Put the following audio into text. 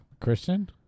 Christian